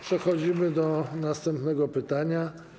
Przechodzimy do następnego pytania.